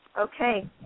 Okay